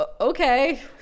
okay